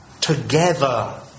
together